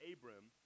Abram